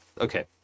Okay